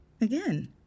Again